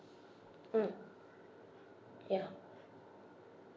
mm yeah